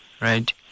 right